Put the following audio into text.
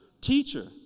Teacher